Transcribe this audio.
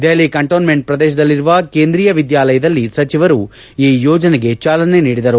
Delhi cantonment ಪ್ರದೇಶದಲ್ಲಿರುವ ಕೇಂದ್ರೀಯ ವಿದ್ಯಾಲಯದಲ್ಲಿ ಸಚಿವರು ಈ ಯೋಜನೆಗೆ ಚಾಲನೆ ನೀಡಿದರು